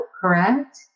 correct